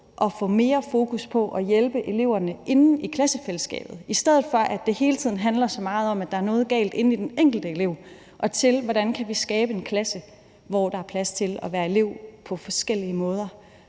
at få mere fokus på at hjælpe eleverne inde i klassefællesskabet, i stedet for at det hele tiden handler så meget om, at der er noget galt inde i den enkelte elev, altså at vi arbejder med, hvordan vi kan skabe en klasse, hvor der er plads til at være elev på forskellige måder.